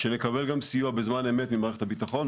כדי שנקבל גם סיוע בזמן אמת ממערכת הביטחון.